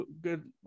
good